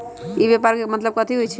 ई व्यापार के की मतलब होई छई?